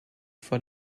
for